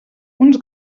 uns